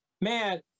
Man